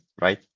right